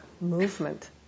movement